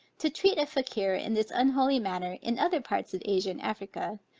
to treat a fakier in this unholy manner, in other parts of asia and africa,